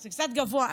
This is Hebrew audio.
את צודקת.